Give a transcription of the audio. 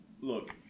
Look